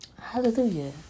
Hallelujah